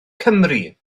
cymru